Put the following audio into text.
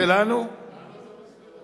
אז ישלחו משטרה צבאית לאסור את כולם.